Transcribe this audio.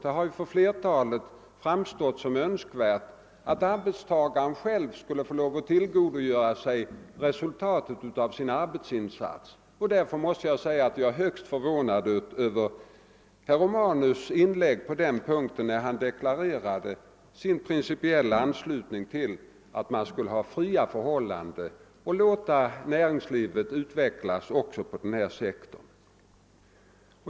Det har för flertalet framstått som önskvärt att arbetstagaren själv skulle få tillgodogöra sig resultatet av sin arbetsinsats. Jag är därför högst förvånad över herr Romanus” inlägg på denna punkt, när han deklarerade sin principiella anslutning till uppfattningen att det bör råda fria förhållanden och att näringslivet bör utvecklas fritt också inom denna sektor.